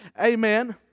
Amen